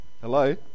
Hello